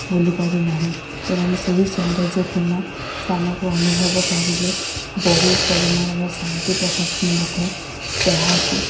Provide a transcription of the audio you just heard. ଭୁଲିପାରିନାହିଁ ଏବଂ ସେହି ସୌନ୍ଦର୍ଯ୍ୟପୂର୍ଣ୍ଣ ସ୍ଥାନକୁ ଅନୁଭବ କରିଲେ ବହୁ ପରିମାଣର ଶାନ୍ତି ପ୍ରକାଶ ମିଳିଥାଏ ଯାହାକୁ